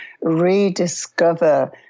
rediscover